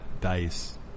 dice